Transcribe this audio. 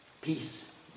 Peace